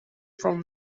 from